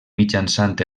mitjançant